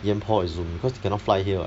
yan por is Zoom because he cannot fly here [what]